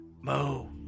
Mo